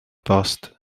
bost